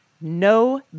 No